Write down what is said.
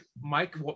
Mike